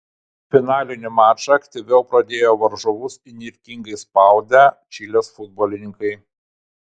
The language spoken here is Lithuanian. finalinį mačą aktyviau pradėjo varžovus įnirtingai spaudę čilės futbolininkai